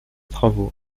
travaux